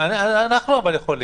אנחנו יכולים.